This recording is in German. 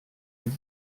sind